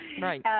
Right